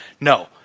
no